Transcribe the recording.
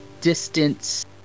distance